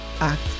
act